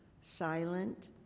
silent